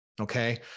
Okay